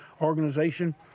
organization